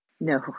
No